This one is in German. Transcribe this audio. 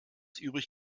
übrig